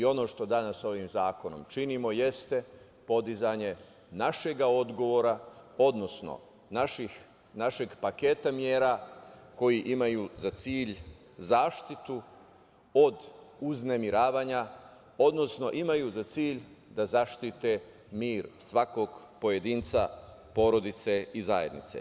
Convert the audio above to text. Ono što danas ovim zakonom činimo jeste podizanje našega odgovora, odnosno našeg paketa mera koji imaju za cilj zaštitu od uznemiravanja, odnosno imaju za cilj da zaštite mir svakog pojedinca, porodice i zajednice.